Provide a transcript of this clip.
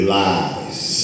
lies